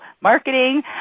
marketing